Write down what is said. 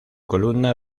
columna